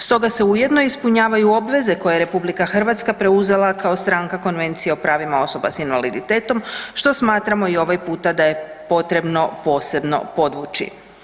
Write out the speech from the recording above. Stoga se ujedno ispunjavaju obveze koje je RH preuzela kao stranka Konvencije o pravima osoba s invaliditetom što smatramo i ovaj puta da je potrebno posebno podvući.